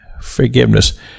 forgiveness